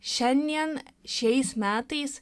šianien šiais metais